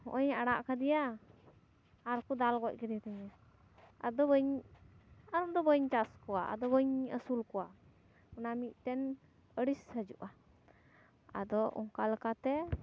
ᱦᱚᱜᱼᱚᱭ ᱮ ᱟᱲᱟᱜ ᱟᱠᱟᱫᱮᱭᱟ ᱟᱨ ᱠᱚ ᱫᱟᱞ ᱜᱚᱡ ᱠᱮᱫᱮ ᱛᱤᱧᱟᱹ ᱟᱫᱚ ᱵᱟᱹᱧ ᱟᱫᱚ ᱵᱟᱹᱧ ᱪᱟᱥ ᱠᱚᱣᱟ ᱟᱫᱚ ᱵᱟᱹᱧ ᱟᱹᱥᱩᱞ ᱠᱚᱣᱟ ᱚᱱᱟ ᱢᱤᱫᱴᱮᱱ ᱟᱹᱲᱤᱥ ᱦᱤᱡᱩᱜᱼᱟ ᱟᱫᱚ ᱚᱱᱠᱟ ᱞᱮᱠᱟᱛᱮ